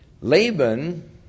Laban